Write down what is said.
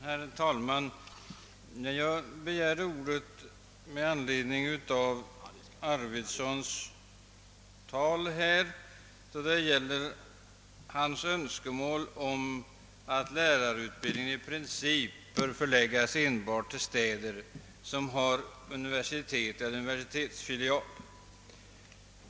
Herr talman! Jag begärde ordet med anledning av herr Arvidsons anförande i vilket han uttryckte önskemål om att lärarutbildningen i princip enbart bör förläggas till städer som har universitet eller universitetsfilial.